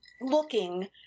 looking